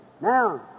Now